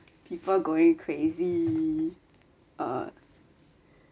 people going crazy err